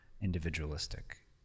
individualistic